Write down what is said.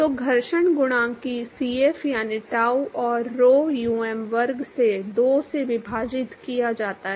तो घर्षण गुणांक कि Cf यानी ताऊ को rho um वर्ग से 2 से विभाजित किया जाता है